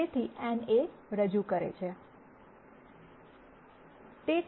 તેથી n એ રજૂ કરે છે